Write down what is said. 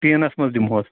ٹیٖنَس منٛز دِمہوٗس